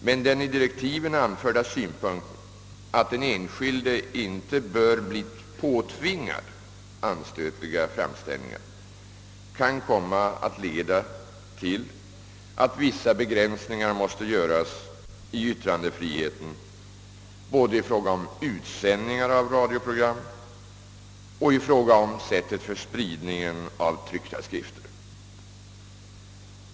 Men den i direktiven anförda synpunkten, att den enskilde inte bör bli påtvingad anstötliga framställningar, kan komma att leda till att vissa begränsningar måste göras i yttrandefriheten både i fråga om utsändningar av radioprogram och i fråga om sättet för spridningen av tryckta skrifter.